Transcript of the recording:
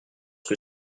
que